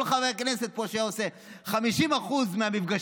כל חבר כנסת פה שהיה עושה 50% מהמפגשים